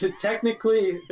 technically